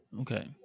Okay